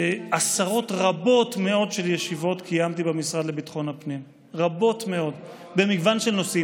עשרות רבות מאוד של ישיבות קיימתי במשרד לביטחון הפנים במגוון נושאים,